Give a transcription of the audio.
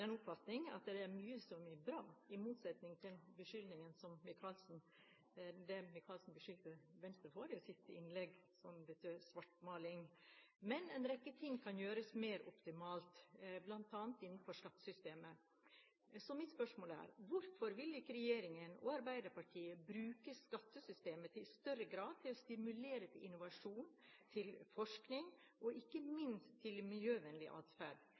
av den oppfatning at det er mye som er bra, i motsetning til det Micaelsen beskyldte Venstre for i sitt innlegg, nemlig svartmaling. Men en rekke ting kan gjøres mer optimalt, bl.a. innenfor skattesystemet, så mitt spørsmål er: Hvorfor vil ikke regjeringen og Arbeiderpartiet i større grad bruke skattesystemet til å stimulere til innovasjon, til forskning og ikke minst til miljøvennlig atferd?